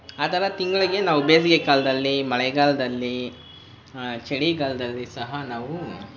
ಆ ಥರ ತಿಂಗಳಿಗೆ ನಾವು ಬೇಸಿಗೆ ಕಾಲದಲ್ಲಿ ಮಳೆಗಾಲದಲ್ಲಿ ಚಳಿಗಾಲದಲ್ಲಿ ಸಹ ನಾವು